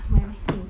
on my wedding